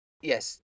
yes